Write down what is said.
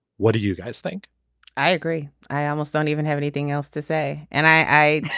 what do you guys think i agree. i almost don't even have anything else to say and i